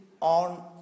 on